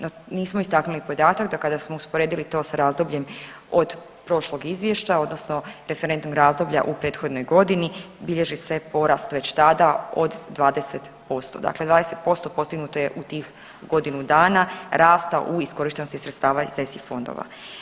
No nismo istaknuli podatak da kada smo usporedili to s razdobljem od prošlog izvješća odnosno referentom razdoblja u prethodnoj godini bilježi se porast već tada od 20%, dakle 20% postignuto je u tih godinu dana rasta u iskorištenosti sredstava iz ESIF fondova.